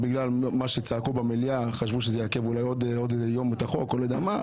בגלל מה שצעקו במליאה חשבנו שזה יעכב את החוק בעוד יום או לא יודע מה,